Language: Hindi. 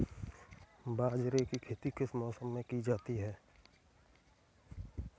बाजरे की खेती किस मौसम में की जाती है?